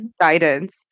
guidance